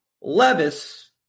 Levis